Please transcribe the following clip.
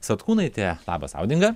satkūnaitė labas audinga